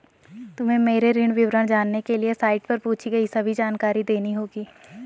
तुम्हें मेरे ऋण विवरण जानने के लिए साइट पर पूछी गई सभी जानकारी देनी होगी